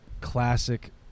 classic